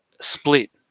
split